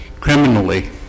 criminally